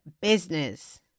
business